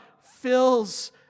fills